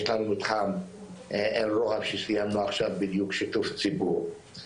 יש לנו מתחם אירוע שסיימנו עכשיו בדיוק שיתוף ציבור,